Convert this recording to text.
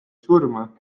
surma